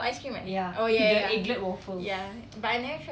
ya the egglet waffles